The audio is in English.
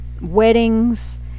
weddings